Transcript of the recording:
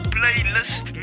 playlist